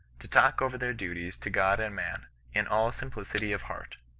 to talk over their duties to god and man, in all simpli city of heart.